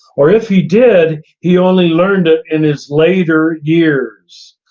or if he did, he only learned it in his later years.